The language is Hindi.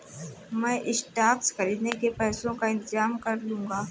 मैं स्टॉक्स खरीदने के पैसों का इंतजाम कर लूंगा